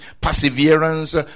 perseverance